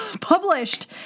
published